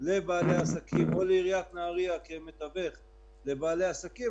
לבעלי העסקים או לעיריית נהריה כמתווכת לבעלי עסקים,